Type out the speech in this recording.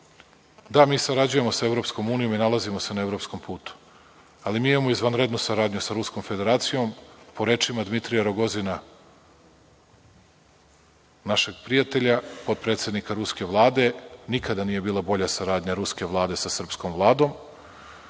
da, mi sarađujemo sa EU i nalazimo se na evropskom putu, ali mi imamo izvanrednu saradnju sa Ruskom Federacijom, po rečima Dmitrija Rogozina, našeg prijatelja, potpredsednika ruske Vlade, nikada nije bila bolja saradnja ruske Vlade sa srpskom Vladom,